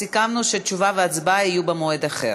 סיכמנו שתשובה והצבעה יהיו במועד אחר.